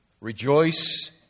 Rejoice